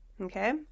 okay